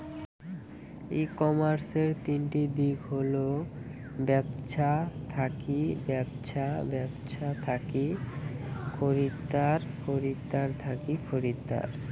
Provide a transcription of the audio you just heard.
ই কমার্সের তিনটি দিক হল ব্যবছা থাকি ব্যবছা, ব্যবছা থাকি খরিদ্দার, খরিদ্দার থাকি খরিদ্দার